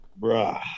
Bruh